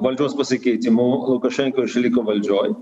valdžios pasikeitimu lukašenko išliko valdžioj